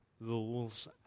rules